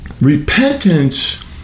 repentance